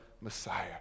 Messiah